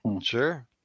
Sure